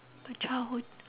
my childhood